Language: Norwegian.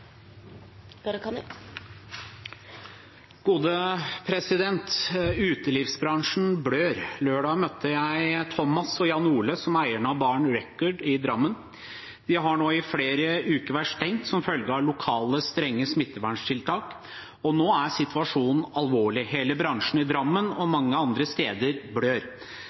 av Rekord Bar i Drammen. De har nå i flere uker holdt stengt som følge av lokale strenge smitteverntiltak. Nå er situasjonen alvorlig. Hele bransjen i Drammen og mange andre steder blør.